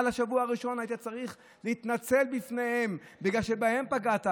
בשבוע הראשון היית צריך להתנצל בפניהם בגלל שבהם פגעת.